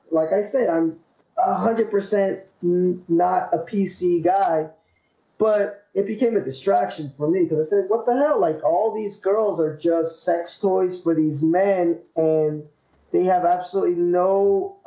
like i said, i'm a hundred percent not a pc guy but it became a distraction me because i said weapon out like all these girls are just sex toys for these men and they have absolutely no